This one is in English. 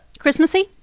Christmassy